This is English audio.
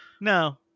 No